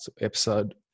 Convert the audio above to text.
episode